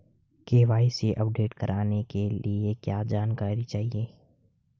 KYC update करने के लिए क्या जानकारी चाहिए?